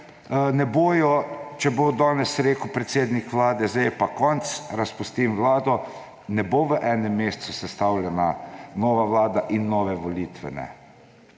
volitve, če bo danes rekel predsednik Vlade, zdaj je pa konec, razpustim vlado, ne bo v enem mesecu sestavljena nova vlada in nove volitve ne.